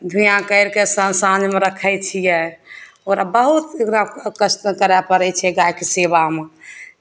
धूइयाँ करिके साँझमे रखय छियै ओकरा बहुत ओकरा कष्ट करय पड़य छै गायके सेवामे